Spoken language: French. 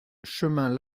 chemin